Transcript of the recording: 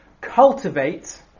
Cultivate